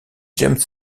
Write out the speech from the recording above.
james